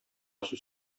сүз